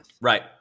Right